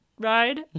ride